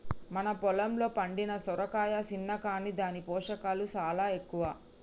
మన పొలంలో పండిన సొరకాయ సిన్న కాని దాని పోషకాలు సాలా ఎక్కువ